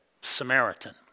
Samaritan